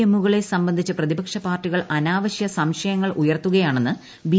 എമ്മുകളെ സംബന്ധിച്ച് പ്രതിപക്ഷ പാർട്ടികൾ അനാവശ്യ സംശയങ്ങൾ ഉയർത്തുകയാണെന്ന് ബി